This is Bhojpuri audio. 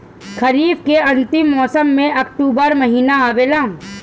खरीफ़ के अंतिम मौसम में अक्टूबर महीना आवेला?